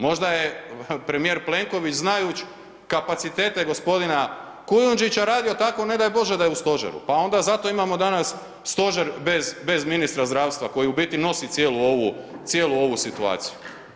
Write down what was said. Možda je premijer Plenković znajuć kapacitete gospodina Kujundžića radio tako ne daj Bože da je u stožeru pa onda zato imamo danas stožer bez ministra zdravstva koji u biti nosi cijelu ovu situaciju.